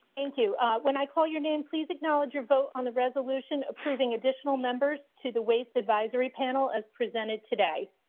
thank you when i call your name, please acknowledge your vote on the resolution, approving additional members to the waste advisory panel as presented today.